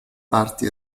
parti